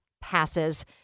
passes